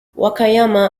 wakayama